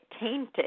tainted